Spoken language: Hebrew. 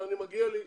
אבל מגיע לי.